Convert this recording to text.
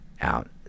out